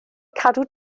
cadw